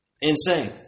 Insane